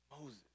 Moses